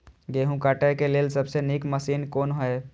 गेहूँ काटय के लेल सबसे नीक मशीन कोन हय?